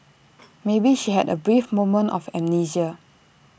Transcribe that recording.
maybe she had A brief moment of amnesia